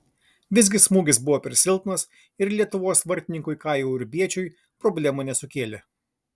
visgi smūgis buvo per silpnas ir lietuvos vartininkui kajui urbiečiui problemų nesukėlė